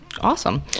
Awesome